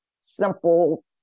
simple